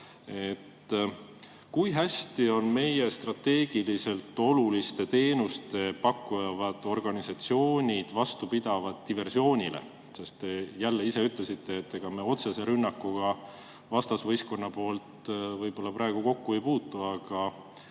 hästi on meie strateegiliselt olulisi teenuseid pakkuvad organisatsioonid vastupidavad diversioonile? Te ise ütlesite, et ega me otsese rünnakuga vastasvõistkonna poolt võib-olla praegu kokku ei puutu. Aga